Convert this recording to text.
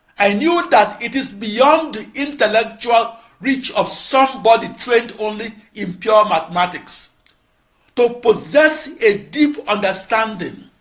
i knew that it is beyond the intellectual reach of somebody trained only in pure mathematics to possess a deep understanding